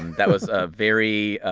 that was a very,